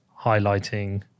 highlighting